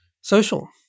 social